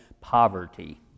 poverty